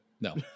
no